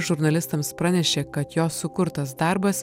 žurnalistams pranešė kad jo sukurtas darbas